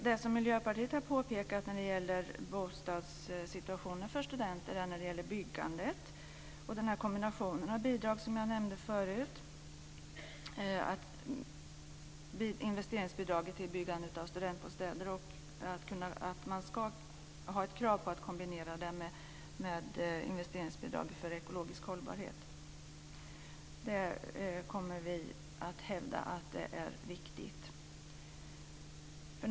Det som Miljöpartiet har påpekat när det gäller bostadssituationen för studenter handlar om byggandet och den kombination av bidrag som jag nämnde förut, dvs. kravet att investeringsbidraget till byggande av studentbostäder ska vara kombinerat med ett investeringsbidrag för ekologiskt hållbarhet. Vi kommer att hävda att detta är viktigt.